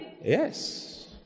Yes